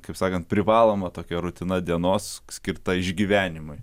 kaip sakant privaloma tokia rutina dienos skirta išgyvenimui